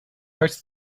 arts